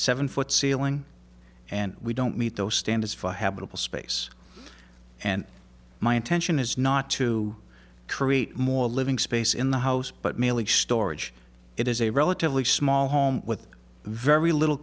seven foot ceiling and we don't meet those standards for habitable space and my intention is not to create more living space in the house but merely storage it is a relatively small home with very little